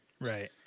Right